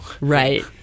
Right